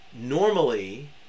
normally